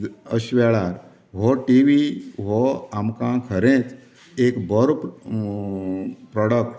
अशें वेळार हो टिवी हो आमकां खरेंच एक बोरो प्रोडक्ट